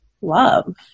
love